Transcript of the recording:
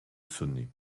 sonner